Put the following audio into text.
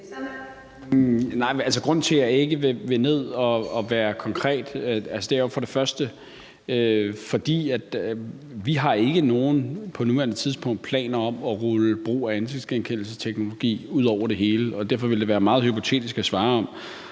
grunden til, at jeg ikke vil ned og være konkret, er først og fremmest, at vi ikke på nuværende tidspunkt har nogen planer om at rulle brugen af ansigtsgenkendelsesteknologi ud over det hele. Derfor ville det være meget hypotetisk at svare på.